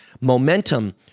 Momentum